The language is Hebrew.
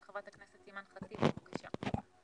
חברת הכנסת אימאן ח'טיב, בבקשה.